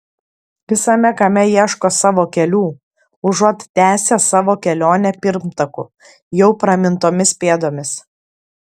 visame kame ieško savo kelių užuot tęsę savo kelionę pirmtakų jau pramintomis pėdomis